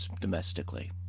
domestically